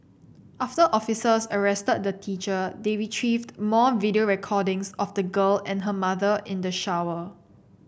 after officers arrested the teacher they retrieved more video recordings of the girl and her mother in the shower